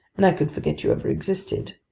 and i could forget you ever existed.